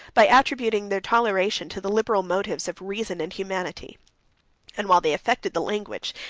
by attributing their toleration to the liberal motives of reason and humanity and while they affected the language,